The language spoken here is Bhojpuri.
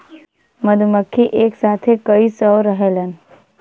मधुमक्खी एक साथे कई सौ रहेलन